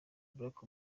barack